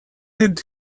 did